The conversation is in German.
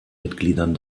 mitgliedern